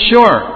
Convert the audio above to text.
Sure